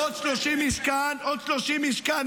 עוד 30 איש כאן, ועוד 30 איש כאן.